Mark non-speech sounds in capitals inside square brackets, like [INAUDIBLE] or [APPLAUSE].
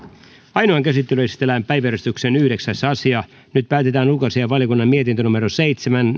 ainoaan käsittelyyn esitellään päiväjärjestyksen yhdeksäs asia nyt päätetään ulkoasiainvaliokunnan mietinnön seitsemän [UNINTELLIGIBLE]